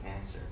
answer